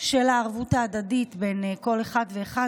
של הערבות ההדדית בין כל אחד ואחד.